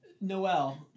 Noel